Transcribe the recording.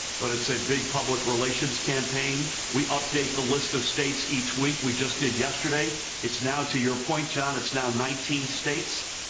but it's a big public relations campaign. we update the list of states each week. we just did yesterday. it's now to your point, john, it's now nineteen states.